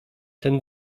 ten